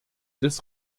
des